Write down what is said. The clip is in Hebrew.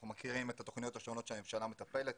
אנחנו מכירים את התוכניות השונות של הממשלה לטיפול בבדידות.